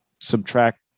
subtract